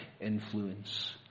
influence